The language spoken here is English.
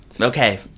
Okay